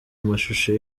amashusho